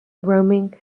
roaming